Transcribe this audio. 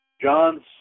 John's